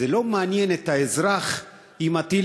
לא מעניין את האזרח אם הטיל,